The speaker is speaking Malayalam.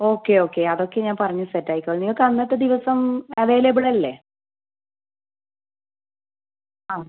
ഓക്കെ ഓക്കെ അതൊക്കെ ഞാൻ പറഞ്ഞ് സെറ്റാക്കിക്കോളാം നിങ്ങൾക്ക് അന്നത്തെ ദിവസം അവൈലബിളല്ലേ ആ